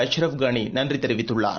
Ashraf காளிநன்றிதெரிவித்துள்ளார்